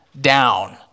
down